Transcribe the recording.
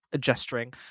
gesturing